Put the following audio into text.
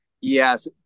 Yes